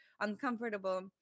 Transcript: uncomfortable